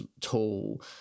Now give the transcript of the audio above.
tall